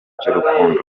cy’urukundo